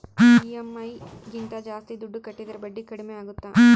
EMI ಗಿಂತ ಜಾಸ್ತಿ ದುಡ್ಡು ಕಟ್ಟಿದರೆ ಬಡ್ಡಿ ಕಡಿಮೆ ಆಗುತ್ತಾ?